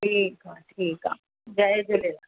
ठीकु आहे ठीकु आहे जय झूलेलाल